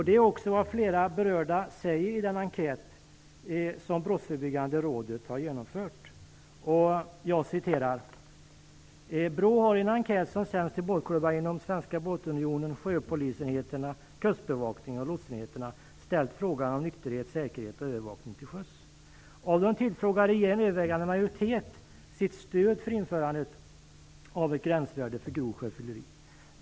Det är också vad flera berörda säger i den enkät som Brottsförebyggande rådet har genomfört: BRÅ har i en enkät, som sänts till båtklubbar inom Svenska Båtunionen, sjöpolisenheterna, Kustbevakningen och lotsenheterna, ställt frågor om nykterhet, säkerhet och övervakning till sjöss. Av de tillfrågade ger en övervägande majoritet sitt stöd för införande av ett gränsvärde för grovt sjöfylleri.